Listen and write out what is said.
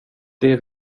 det